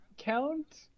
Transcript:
Count